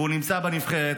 והוא נמצא בנבחרת.